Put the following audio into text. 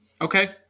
Okay